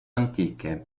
antiche